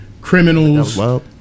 criminals